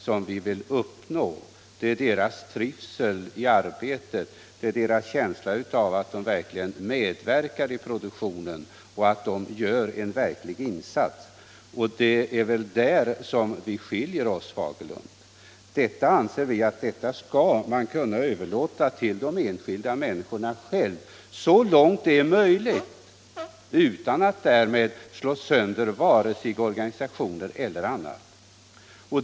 Det vi vill uppnå är deras trvisel i arbetet och deras känsla att medverka i produktionen och göra en verkligt betydelsefull insats. Det är där vi skiljer oss åt, herr Fagerlund! Vi anser att man skall kunna överlåta till de enskilda människorna på arbetsplatserna att själva bestämma detta så långt det är möjligt utan att därmed slå sönder vare sig organisationer eller rutiner.